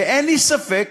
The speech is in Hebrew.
אין לי ספק